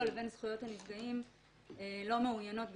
לבין זכויות הנפגעים לא מאוזנות בכלל.